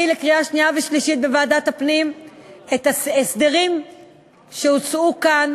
לקריאה שנייה ושלישית את ההסדרים שהוצעו כאן